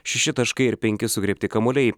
šeši taškai ir penki sugriebti kamuoliai